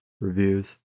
reviews